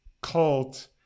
cult